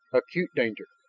acute danger.